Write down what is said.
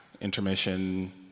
intermission